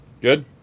Good